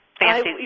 fancy